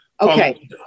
Okay